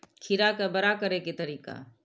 खीरा के बड़ा करे के तरीका?